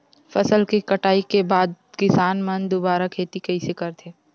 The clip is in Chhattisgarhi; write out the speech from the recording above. फसल के कटाई के बाद किसान मन दुबारा खेती कइसे करथे?